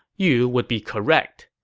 you would be correct.